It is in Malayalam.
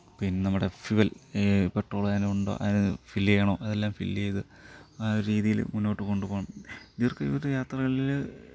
പിന്നെ നമ്മുടെ ഫ്യൂവൽ പെട്രോള് അതിനുണ്ടോ അത് ഫില്ല് ചെയ്യണോ അതെല്ലാം ഫില്ല് ചെയ്ത് ആ ഒരു രീതീൽ മുന്നോട്ട് കൊണ്ടു പോം ദീർഘദൂര യാത്രകളിൽ